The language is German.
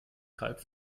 kalb